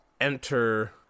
enter